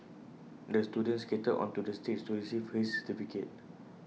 the student skated onto the stage to receive his certificate